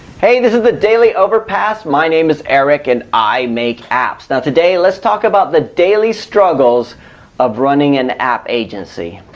hey, this is the daily overpass. my name is eric and i make apps. now today let's talk about, the daily struggles of running an app agency.